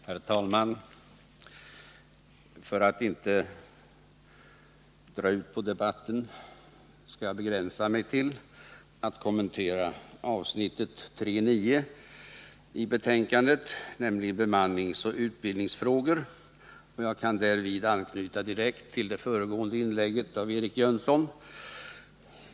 Herr talman! För att inte dra ut på debatten skall jag begränsa mig till att kommentera avsnittet 3.9 i betänkandet, nämligen bemanningsoch utbildningsfrågor. Jag kan därvid anknyta direkt till det föregående inlägget av Eric Jönsson.